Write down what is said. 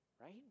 Right